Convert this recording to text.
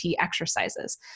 exercises